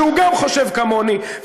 שגם הוא חושב כמוני.